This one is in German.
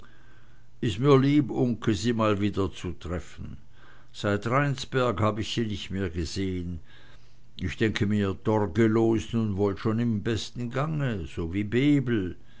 is mir lieb uncke sie mal wieder zu treffen seit rheinsberg hab ich sie nicht mehr gesehn ich denke mir torgelow is nu wohl schon im besten gange so wie bebel